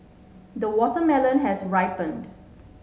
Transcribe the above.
the watermelon has ripened